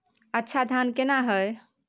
अच्छा धान केना हैय?